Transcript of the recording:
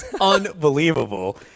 unbelievable